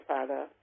Father